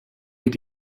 geht